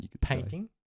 Painting